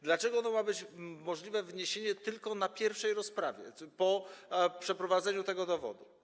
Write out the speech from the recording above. Dlaczego ono ma być możliwe wniesienie tylko na pierwszej rozprawie, po przeprowadzeniu tego dowodu?